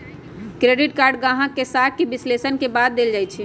credit card गाहक के साख के विश्लेषण के बाद देल जाइ छइ